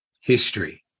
history